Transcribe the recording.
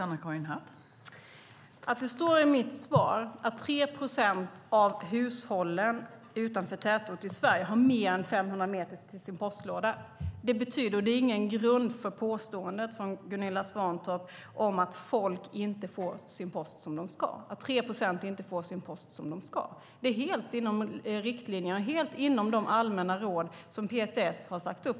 Fru talman! Att det står i mitt svar att 3 procent av hushållen utanför tätort i Sverige har mer än 500 meter till sin postlåda är ingen grund för Gunilla Svantorps påstående att 3 procent inte får sin post som de ska. Det är helt inom riktlinjerna, helt inom de allmänna råd som PTS har satt upp.